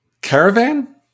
Caravan